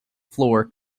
floor